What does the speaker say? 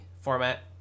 format